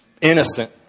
Innocent